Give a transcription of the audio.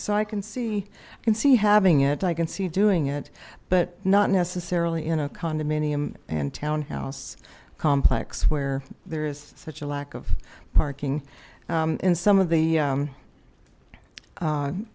so i can see i can see having it i can see doing it but not necessarily in a condominium and townhouse complex where there is such a lack of parking in some of the u